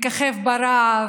מככב ברעב,